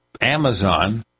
Amazon